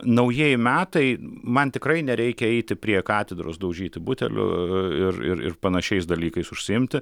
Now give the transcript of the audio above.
naujieji metai man tikrai nereikia eiti prie katedros daužyti butelių ir ir panašiais dalykais užsiimti